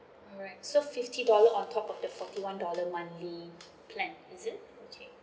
alright so fifty dollar on top of the forty one dollar monthly plan is it okay